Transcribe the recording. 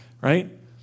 right